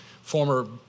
former